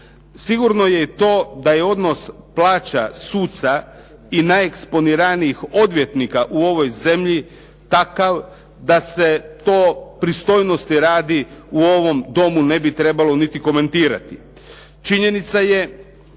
Sigurno je i to da je odnos plaća suca i najeksponiranijih odvjetnika u ovoj zemlji, takav da se to pristojnosti radi u ovom Domu ne bi trebalo niti komentirati. Činjenica je